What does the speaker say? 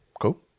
cool